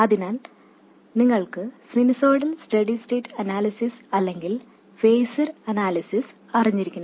അതിനാൽ നിങ്ങൾ sinusoidal steady state analysis അല്ലെങ്കിൽ ഫേസർ അനാലിസിസ് അറിഞ്ഞിരിക്കണം